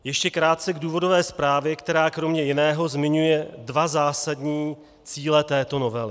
Ještě krátce k důvodové zprávě, která kromě jiného zmiňuje dva zásadní cíle této novely.